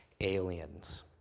aliens